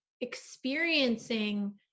experiencing